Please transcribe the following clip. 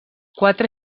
quatre